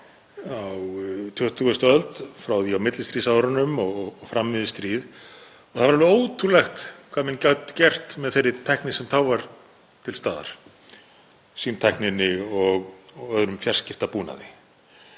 á 20. öld, frá því á millistríðsárunum og fram yfir stríð, og það er alveg ótrúlegt hvað menn gátu gert með þeirri tækni sem þá var til staðar, símtækninni og öðrum fjarskiptabúnaði.